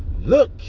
look